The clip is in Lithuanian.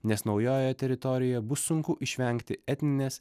nes naujojoje teritorijoje bus sunku išvengti etninės